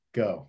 go